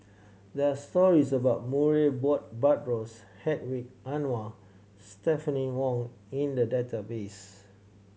there are stories about Murray Buttrose Hedwig Anuar Stephanie Wong in the database